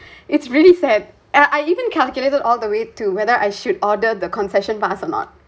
it's it's really sad and I even calculated all the way to whether I should order the concession pass or not